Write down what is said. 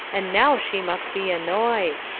and now she must be annoyed.